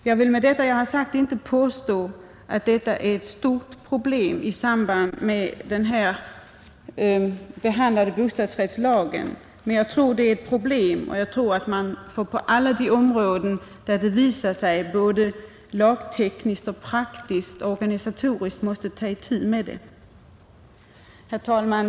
Jag vill med vad jag sagt inte påstå att detta är ett stort problem i samband med bostadsrättslagen, men jag tror att det är ett problem och att man måste ta itu med det både lagtekniskt och praktiskt-organisatoriskt på alla de områden där det visar sig. Herr talman!